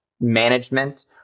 management